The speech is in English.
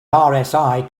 rsi